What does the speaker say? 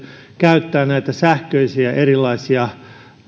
käyttää näitä erilaisia